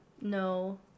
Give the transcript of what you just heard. No